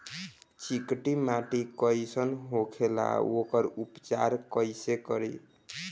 चिकटि माटी कई सन होखे ला वोकर उपचार कई से करी?